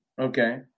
okay